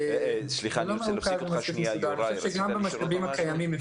אני חושב שאפשר לאגם גם את המשאבים הקיימים.